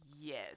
Yes